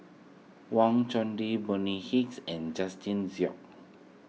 Wang Chunde Bonny Hicks and Justin Zhuang